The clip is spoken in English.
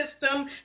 system